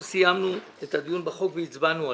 אנחנו סיימנו את הדיון בחוק והצבענו עליו.